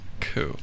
Cool